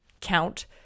count